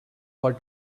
for